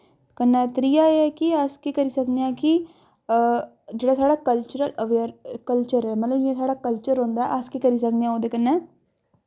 कन्नै त्रिऐ एह् कि अस केह् करी सकने आं कि जेह्ड़ा साढ़ा कल्चर ऐ अव्येर कल्चर ऐ मतलब कि जि'यां साढ़ा कल्चर होंदा अस केह् करी सकने आं ओह्दे कन्नै